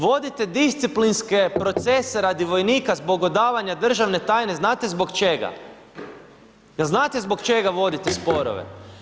Vodite disciplinske procese radi vojnika zbog odavanja državne tajne, znate zbog čega, jel znate zbog čega vodite sporove.